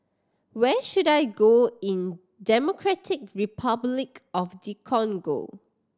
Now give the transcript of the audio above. where should I go in Democratic Republic of the Congo